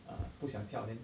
err 不想跳 then